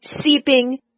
seeping